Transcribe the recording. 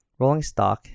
RollingStock